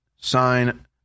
sign